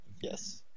Yes